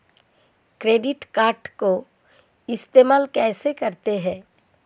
Credit card को इस्तेमाल कैसे करते हैं?